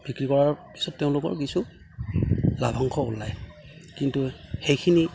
বিক্ৰী কৰাৰ পিছত তেওঁলোকৰ কিছু লাভংশ ওলায় কিন্তু সেইখিনি